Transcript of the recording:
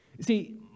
See